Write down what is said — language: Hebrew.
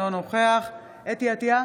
אינו נוכח חוה אתי עטייה,